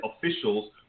officials